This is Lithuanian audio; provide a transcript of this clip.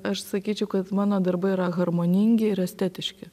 aš sakyčiau kad mano darbai yra harmoningi ir estetiški